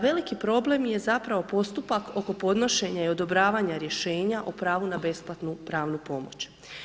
Veliki problem je zapravo postupak oko podnošenja i odobravanja rješenja o pravu na besplatnu pravnu pomoć.